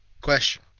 question